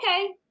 okay